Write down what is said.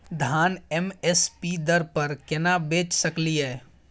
धान M S P दर पर केना बेच सकलियै?